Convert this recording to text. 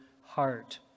heart